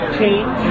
change